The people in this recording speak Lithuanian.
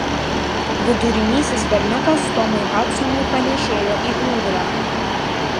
vidurinysis berniukas tomui hadsonui panėšėjo į ūdrą